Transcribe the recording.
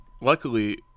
luckily